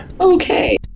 Okay